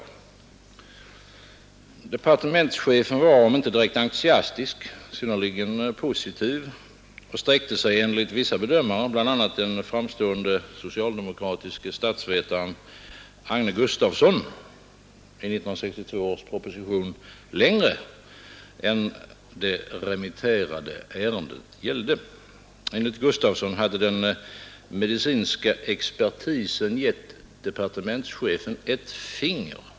Departementschefen var, om inte entusiastisk, så dock synnerligen positiv och sträckte sig enligt vissa bedömare — bl.a. den framstående socialdemokratiske statsvetaren Agne Gustafsson — i 1962 års proposition längre än vad det remitterade ärendet gällde. Enligt Gustafsson hade den medicinska expertisen gett departementschefen ett finger.